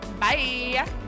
Bye